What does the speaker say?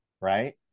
right